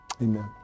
Amen